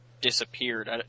disappeared